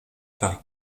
paris